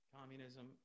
communism